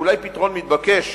הוא אולי פתרון מתבקש,